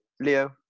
Leo